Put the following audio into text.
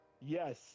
yes